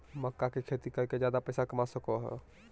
मक्का के खेती कर के ज्यादा पैसा कमा सको हो